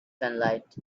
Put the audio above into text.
sunlight